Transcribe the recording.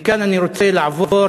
מכאן אני רוצה לעבור